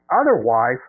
Otherwise